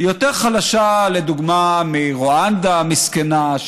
היא יותר חלשה לדוגמה מרואנדה המסכנה,